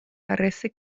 parece